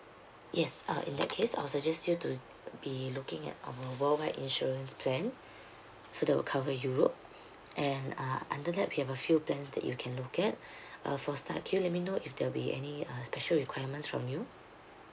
yes uh in that case I will suggest you to be looking at our worldwide insurance plan so that will cover europe and uh under that we have a few plans that you can look at uh for a start can you let me know if there'll be any uh special requirements from you